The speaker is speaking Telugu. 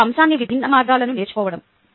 ఇది ఒకే అంశానికి విభిన్న మార్గాలను నేర్చుకోవడం